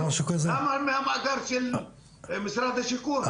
למה מהמאגר של משרד השיכון?